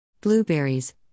Blueberries